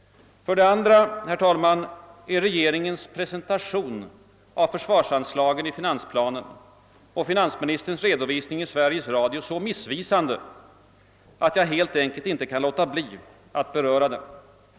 För det andra, herr talman, är regeringens presentation av försvarsanslagen i finansplanen och finansministerns redovisning i Sveriges Radio så missvisande, att jag helt enkelt inte kan underlåta att beröra dem.